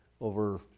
over